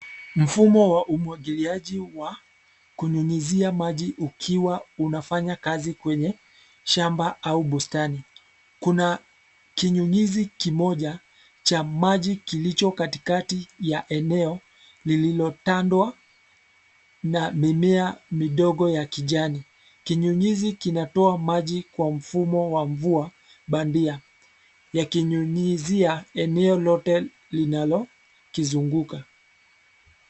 Mfumo wa umwagiliaji wa, kunyunyuzia maji ukiwa unafanya kazi kwenye, shamba au bustani. Kuna kinyunyizi kimoja, cha maji kilicho katikati ya eneo, lililotandwa, na mimea midogo ya kijani. Kinyunyizi kinatoa maji kwa mfumo wa mvua, bandia, yakinyunyizia eneo lote, linalo, kizunguka.